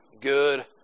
good